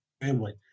family